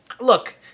look